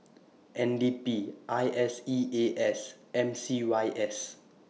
N D P I S E A S M C Y S